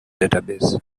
database